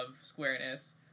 squareness